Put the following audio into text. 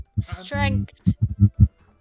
Strength